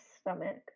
stomach